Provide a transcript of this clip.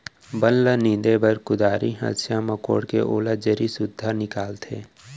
बन ल नींदे बर कुदारी, हँसिया म कोड़के ओला जरी सुद्धा निकालथें